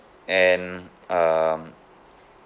and um